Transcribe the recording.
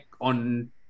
on